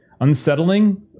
unsettling